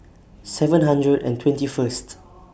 seven hundred and twenty First